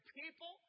people